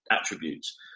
attributes